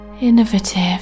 innovative